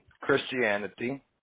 Christianity